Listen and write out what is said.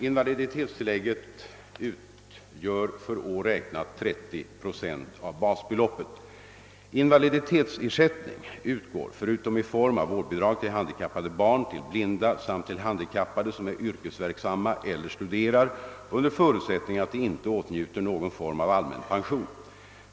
Invaliditetstillägget utgör för år räknat 30 procent av basbeloppet. Invaliditetsersättning utgår — förutom i form av vårdbidrag till handikappade barn — till blinda samt till handikappade som är yrkesverksamma eller studerar, under förutsättning att de inte åtnjuter någon form av allmän pension.